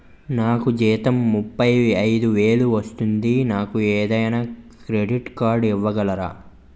నాకు జీతం ముప్పై ఐదు వేలు వస్తుంది నాకు ఏదైనా క్రెడిట్ కార్డ్ ఇవ్వగలరా?